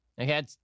Okay